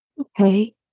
Okay